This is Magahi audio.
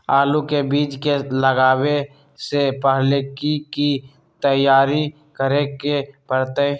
आलू के बीज के लगाबे से पहिले की की तैयारी करे के परतई?